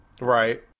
Right